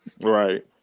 right